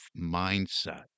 mindset